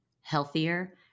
healthier